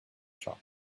shop